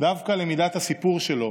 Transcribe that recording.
דווקא למידת הסיפור שלו,